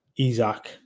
Isaac